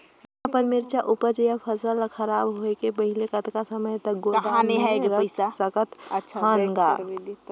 मैं अपन मिरचा ऊपज या फसल ला खराब होय के पहेली कतका समय तक गोदाम म रख सकथ हान ग?